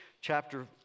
chapter